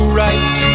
right